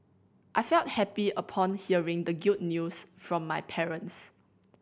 I felt happy upon hearing the news from my parents